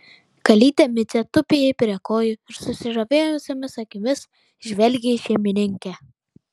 kalytė micė tupi jai prie kojų ir susižavėjusiomis akimis žvelgia į šeimininkę